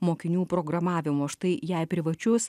mokinių programavimo štai jei privačius